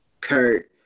Kurt